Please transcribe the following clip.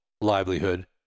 livelihood